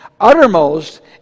Uttermost